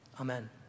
Amen